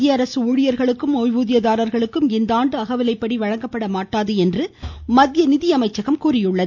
மத்திய அரசு ஊழியர்களுக்கும் ஓய்வூதியதாரர்களுக்கும் இந்தாண்டு அகவிலைப்படி வழங்கப்படாது என்று மத்திய நிதியமைச்சகம் தெரிவித்துள்ளது